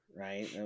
right